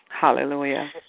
Hallelujah